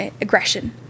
aggression